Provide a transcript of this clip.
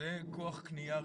זה כוח קנייה רציני,